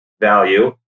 value